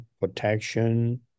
protection